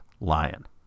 Lion